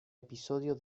episodio